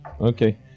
Okay